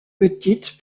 petite